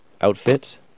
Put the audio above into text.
outfit